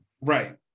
right